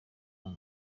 muri